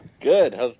Good